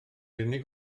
unig